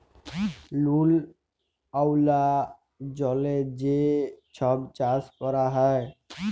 লুল ওয়ালা জলে যে ছব চাষ ক্যরা হ্যয়